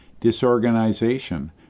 disorganization